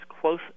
close